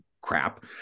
crap